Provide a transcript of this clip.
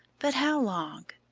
but how long?